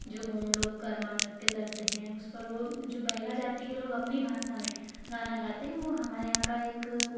जो गोंड लोग कर्मा नृत्य करते हैं उस पर वो जो बैगा जाति के लोग अपनी भाषा में गाना गाते हैं वो हमारे यहाँ का एक